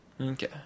Okay